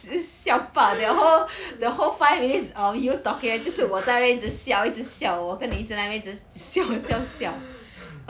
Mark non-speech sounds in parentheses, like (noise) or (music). (noise) (breath) (laughs) (breath)